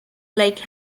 like